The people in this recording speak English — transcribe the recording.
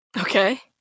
Okay